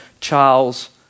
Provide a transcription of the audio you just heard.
Charles